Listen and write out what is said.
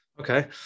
Okay